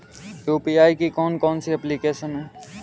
UPI की कौन कौन सी एप्लिकेशन हैं?